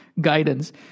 Guidance